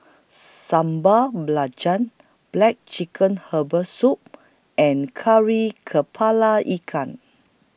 Sambal Belacan Black Chicken Herbal Soup and Kari Kepala Ikan